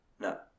No